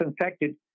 infected